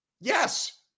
Yes